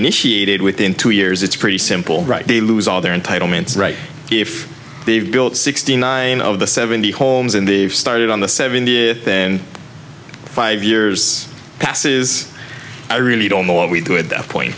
initiated within two years it's pretty simple right they lose all their entitlements right if they've built sixty nine of the seventy homes and they started on the seventh year then five years passes i really don't know what we do at that point